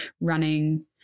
running